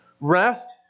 Rest